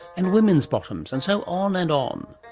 and women's bottoms, and so on and on.